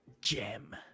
Gem